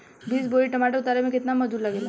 बीस बोरी टमाटर उतारे मे केतना मजदुरी लगेगा?